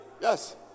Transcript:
Yes